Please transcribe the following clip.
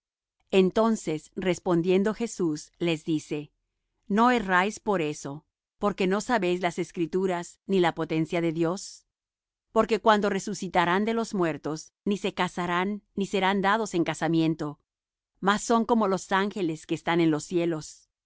entonces respondiendo jesús les dice no erráis por eso porque no sabéis las escrituras ni la potencia de dios porque cuando resucitarán de los muertos ni se casarán ni serán dados en casamiento mas son como los ángeles que están en los cielos y